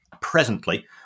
presently